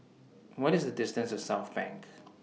What IS The distance to Southbank